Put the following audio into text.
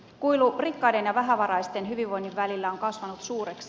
kuilu rikkaiden ja vähävaraisten hyvinvoinnin välillä on kasvanut suureksi